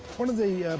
one of the,